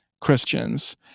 Christians